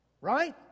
Right